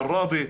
עראבה,